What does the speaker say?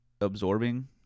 Absorbing